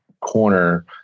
corner